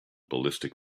ballistic